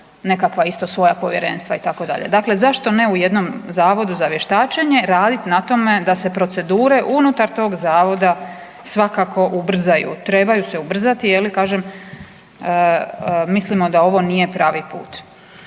nekakva isto svoja povjerenstva itd. Dakle, zašto ne u jednom Zavodu za vještačenje raditi na tome da se procedure unutar tog Zavoda svakako ubrzaju? Trebaju se ubrzati, je li kažem, mislimo da ovo nije pravi put.